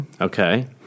Okay